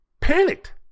panicked